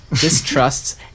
distrusts